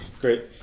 great